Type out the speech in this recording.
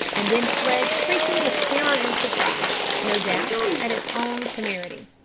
and then fled shrieking with terror and surprise, no doubt, at its own temerity.